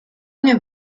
nie